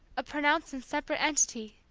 a pronounced and separate entity,